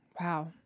Wow